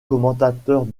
commentateurs